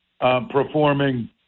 performing